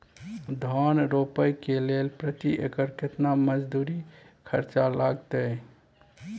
धान रोपय के लेल प्रति एकर केतना मजदूरी खर्चा लागतेय?